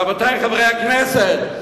רבותי חברי הכנסת,